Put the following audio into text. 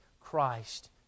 Christ